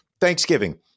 Thanksgiving